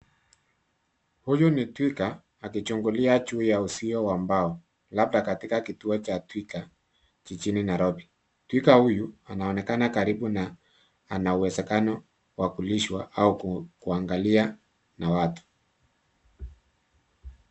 Huyu ni twiga akichungulia juu ya uzio wa mbao labda katika kituo cha twiga jijini Nairobi. Twiga huyu anaonekana karibu na ana uwezekano wa kulishwa au kuangalia na watu.